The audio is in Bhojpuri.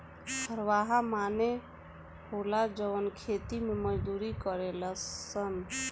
हरवाह माने होला जवन खेती मे मजदूरी करेले सन